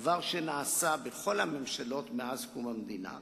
דבר שנעשה בכל הממשלות מאז קום המדינה,